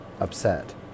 upset